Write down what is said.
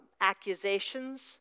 accusations